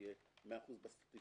יהיה מאה אחוז בסטטיסטיקה.